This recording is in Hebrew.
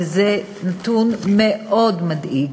וזה נתון מאוד מדאיג.